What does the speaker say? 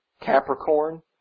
Capricorn